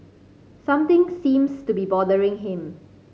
something seems to be bothering him